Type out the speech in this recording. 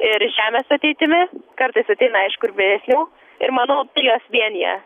ir žemės ateitimi kartais ateina aišku ir vyresnių ir manau juos vienija